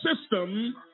system